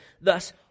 Thus